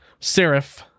serif